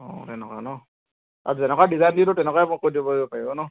অঁ তেনেকুৱা ন আৰু যেনেকুৱা ডিজাইন দিলো তেনেকুৱা কৰি দিব পাৰিব ন